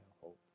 hope